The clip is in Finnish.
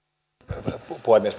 arvoisa puhemies